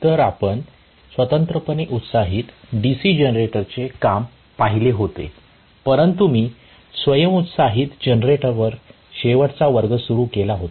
तर आपण स्वतंत्रपणे उत्साहित डीसी जनरेटरचे काम पाहिले होते परंतु मी स्वयं उत्साहित जनरेटरवर शेवटचा वर्ग सुरू केला होता